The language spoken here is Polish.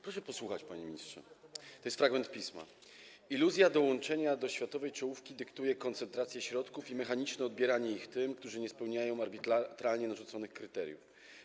Proszę posłuchać, panie ministrze, to jest fragment pisma: Iluzja dołączenia do światowej czołówki dyktuje koncentrację środków i mechaniczne odbieranie ich tym, którzy nie spełniają arbitralnie narzuconych kryteriów.